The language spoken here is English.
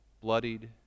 bloodied